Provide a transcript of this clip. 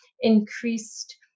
increased